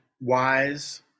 wise